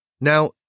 Now